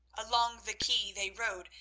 along the quay they rode,